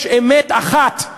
יש אמת אחת,